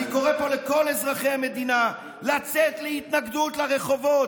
משפט אחרון: אני קורא פה לכל אזרחי המדינה לצאת להתנגדות לרחובות,